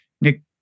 Nick